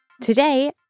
Today